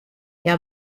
hja